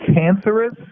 cancerous